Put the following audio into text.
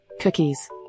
cookies